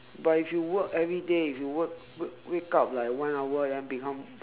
but if you work everyday if you work wake wake up like one hour then become